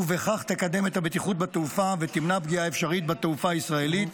ובכך תקדם את הבטיחות בתעופה ותמנע פגיעה אפשרית בתעופה הישראלית.